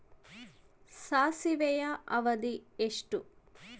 ಸಾಸಿವೆಯ ಅವಧಿ ಎಷ್ಟು?